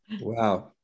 Wow